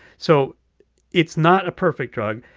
so it's not a perfect drug.